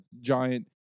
giant